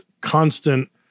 constant